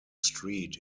street